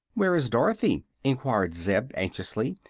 where is dorothy? enquired zeb, anxiously,